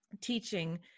teaching